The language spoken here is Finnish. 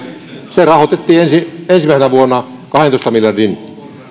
se rahoitettiin ensimmäisenä vuonna kaksitoista miljardin